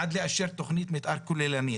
עד לאשר תכנית מתאר כוללנית